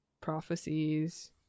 Prophecies